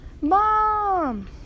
Mom